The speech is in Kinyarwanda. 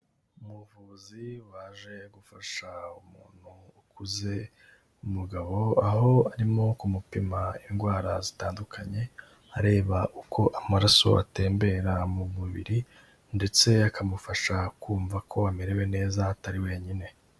Umuvuzi waje gufasha umuntu ukuze, umugabo aho arimo kumupima indwara zitandukanye areba uko amaraso atembera mu mubiri ndetse akamufasha kumva ko amerewe neza atari wenyine.